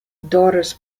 daughters